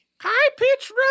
High-pitch